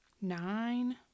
nine